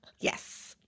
Yes